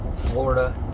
Florida